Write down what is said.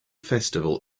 festival